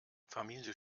familie